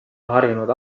harjunud